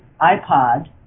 iPod